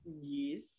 yes